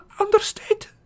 understood